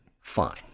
fine